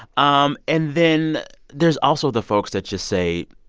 um and then there's also the folks that just say,